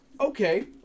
okay